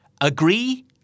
agree